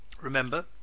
Remember